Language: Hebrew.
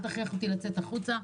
אל תכריח אותי לצאת החוצה,